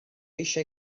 eisiau